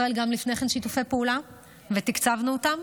עשינו עם לקט ישראל גם לפני כן שיתופי פעולה ותקצבנו אותם,